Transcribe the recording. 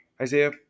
Isaiah